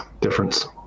difference